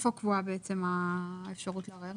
איפה קבועה האפשרות לערער?